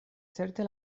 certe